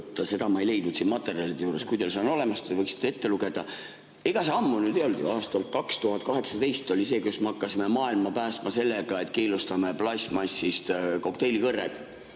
ma ei leidnud siin materjalide juures. Kui teil see on olemas, võiksite ette lugeda. Ega see ammu ei olnud, aastal 2018 me hakkasime maailma päästma sellega, et keelustasime plastmassist kokteilikõrred.